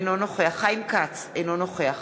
אינו נוכח חיים כץ, אינו נוכח